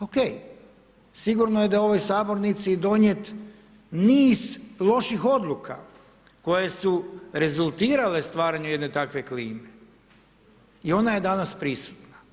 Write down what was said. Ok, sigurno je da je u ovoj sabornici donijet niz loših odluka koje su rezultirate stvaranju jedne takve klime i ona je danas prisutna.